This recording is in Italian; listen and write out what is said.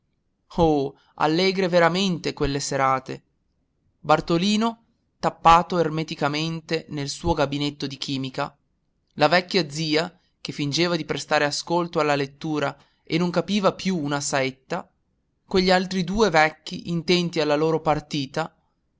allegre veramente quelle serate bartolino tappato ermeticamente nel suo gabinetto di chimica la vecchia zia che fingeva di prestare ascolto alla lettura e non capiva più una saetta quegli altri due vecchi intenti alla loro partita